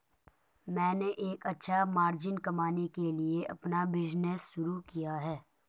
मैंने एक अच्छा मार्जिन कमाने के लिए अपना बिज़नेस शुरू किया है